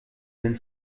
denn